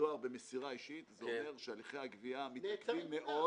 לדואר במסירה אישית זה אומר שהליכי הגבייה --- מאוד,